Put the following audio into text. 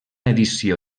edició